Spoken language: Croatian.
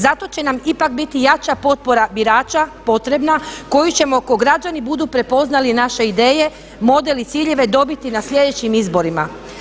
Zato će nam ipak biti jača potpora birača potrebna koju ćemo ako građani budu prepoznali naše ideje, model i ciljeve dobiti na sljedećim izborima.